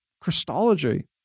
Christology